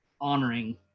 honoring